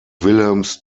wilhelms